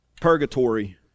purgatory